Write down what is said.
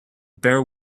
bare